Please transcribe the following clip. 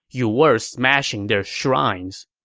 you were smashing their shrines.